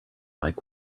like